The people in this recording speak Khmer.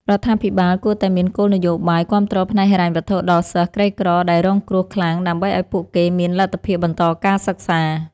រដ្ឋាភិបាលគួរតែមានគោលនយោបាយគាំទ្រផ្នែកហិរញ្ញវត្ថុដល់សិស្សក្រីក្រដែលរងគ្រោះខ្លាំង ដើម្បីឱ្យពួកគេមានលទ្ធភាពបន្តការសិក្សា។